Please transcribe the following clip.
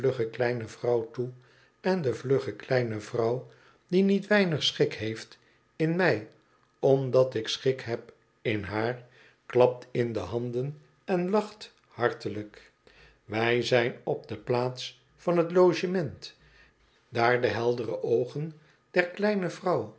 kleine vrouw toe en de vlugge kleine vrouw die niet weinig schik heeftin mij omdat ik schik heb in haar klapt in de handen en lacht hartelijk wij zijn op de plaats van t logement daar de heldere oogen der kleine vrouw